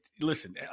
Listen